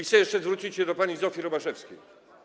Chcę jeszcze zwrócić się do pani Zofii Romaszewskiej.